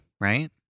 right